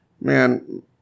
man